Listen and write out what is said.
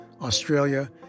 Australia